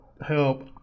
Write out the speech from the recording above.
help